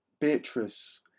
beatrice